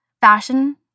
fashion